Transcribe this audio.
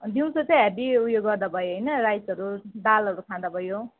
दिउँसो चाहिँ हेभी उयो गर्दा भयो होइन राइसहरू दालहरू खाँदा भयो